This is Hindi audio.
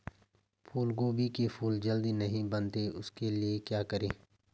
फूलगोभी के फूल जल्दी नहीं बनते उसके लिए क्या करें?